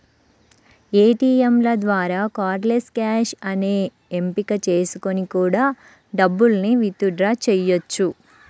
ఏటియంల ద్వారా cardless cash అనే ఎంపిక చేసుకొని కూడా డబ్బుల్ని విత్ డ్రా చెయ్యొచ్చు